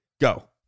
go